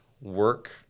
work